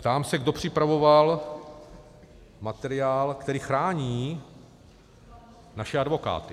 Ptám se, kdo připravoval materiál, který chrání naše advokáty.